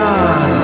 on